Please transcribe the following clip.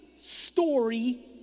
story